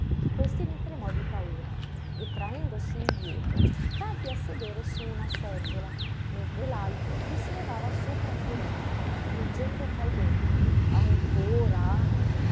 che questi ne tremò di paura e traendosi indietro cadde a sedere su una seggiola mentre l'altro gli si levava sopra furente ruggendo tra i denti ancora